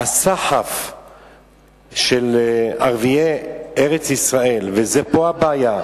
והסחף של ערביי ארץ-ישראל, ופה הבעיה,